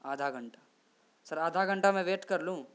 آدھا گھنٹہ سر آدھا گھنٹہ میں ویٹ کر لوں